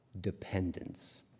dependence